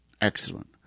excellent